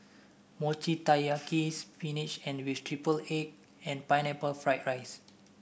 Mochi Taiyaki spinach with triple egg and Pineapple Fried Rice